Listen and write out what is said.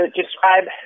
describe